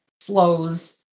slows